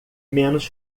menos